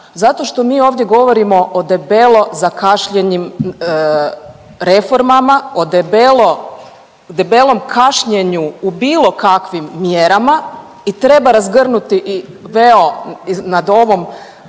Zato što mi ovdje govorimo o debelo zakašnjelim reformama, o debelo, debelom kašnjenju u bilo kakvim mjerama i treba razgrnuti veo nad ovom